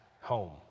home